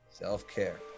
Self-care